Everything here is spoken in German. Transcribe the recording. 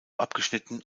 abgeschnitten